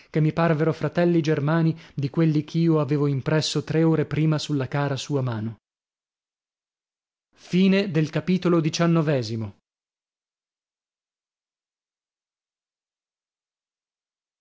che mi parvero fratelli germani di quelli ch'io avevo impresso tre ore prima sulla cara sua mano a